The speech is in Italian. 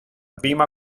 prima